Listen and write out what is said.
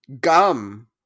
gum